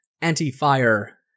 anti-fire